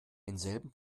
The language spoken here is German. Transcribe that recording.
denselben